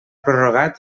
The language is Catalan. prorrogat